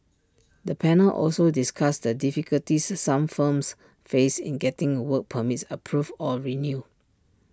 the panel also discussed the difficulties some firms faced in getting work permits approved or renewed